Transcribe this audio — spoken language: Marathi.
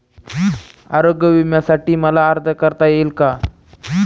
आरोग्य विम्यासाठी मला अर्ज करता येईल का?